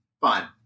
fine